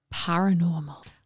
paranormal